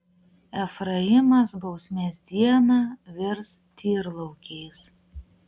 efraimas bausmės dieną virs tyrlaukiais